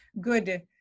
good